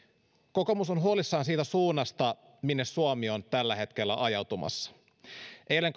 kokoomus on huolissaan siitä suunnasta minne suomi on tällä hetkellä ajautumassa eilen